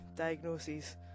Diagnoses